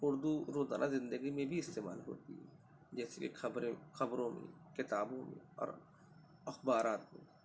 اردو روزانہ زندگی میں بھی استعمال ہوتی ہے جیسے کہ خبریں خبروں میں کتابوں میں اور اخبارات میں